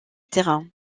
terrain